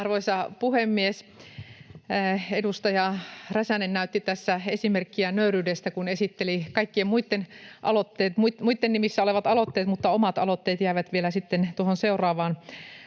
Arvoisa puhemies! Edustaja Räsänen näytti tässä esimerkkiä nöyryydestä, kun esitteli kaikkien muitten nimissä olevat aloitteet, mutta omat aloitteet jäivät vielä sitten